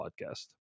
podcast